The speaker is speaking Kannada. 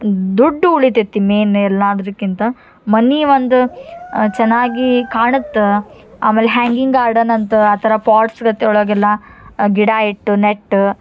ದುಡ್ಡು ಉಳಿತೈತಿ ಮೇನ್ ಎಲ್ಲಾದ್ಕಿಂತ ಮನೆ ಒಂದು ಚೆನ್ನಾಗಿ ಕಾಣತ್ತೆ ಆಮೇಲೆ ಹ್ಯಾಂಗಿಂಗ್ ಗಾರ್ಡನ್ ಅಂತ ಆ ಥರ ಪಾಟ್ಸ್ ಗತೆ ಒಳಗೆಲ್ಲ ಗಿಡ ಇಟ್ಟು ನೆಟ್ಟು